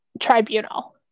tribunal